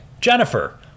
Jennifer